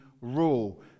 rule